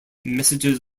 messages